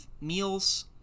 meals